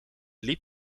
liep